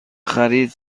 خرید